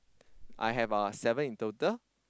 I have uh seven in total